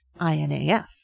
INAF